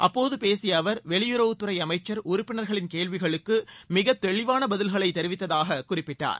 அப்போது பேசிய அவர் வெளியுறவுத்துறை அளமச்சர் உறுப்பினர்களின் கேள்விகளுக்கு மிகத் தெளிவான பதில்களை தெரிவித்ததாக அவர் குறிப்பிட்டார்